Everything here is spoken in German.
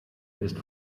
ist